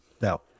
Now